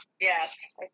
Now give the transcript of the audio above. Yes